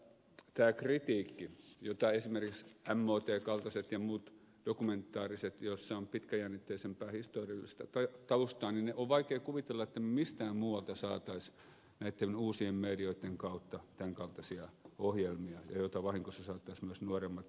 tätä kritiikkiä jota esimerkiksi motn kaltaiset ja muut dokumentaariset ohjelmat joissa on pitkäjännitteisempää historiallista taustaa on vaikea kuvitella että mistään muualta saataisiin näitten uusien medioitten kautta tämän kaltaisia ohjelmia joita vahingossa saattaisivat myös nuoremmat ja opiskelijat katsoa